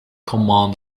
command